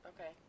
okay